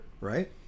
right